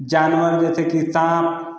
जानवर जैसे कि साँप